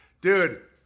Dude